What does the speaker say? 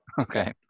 Okay